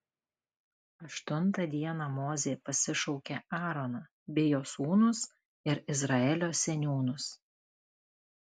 aštuntą dieną mozė pasišaukė aaroną bei jo sūnus ir izraelio seniūnus